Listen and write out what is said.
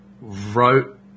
wrote